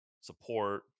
support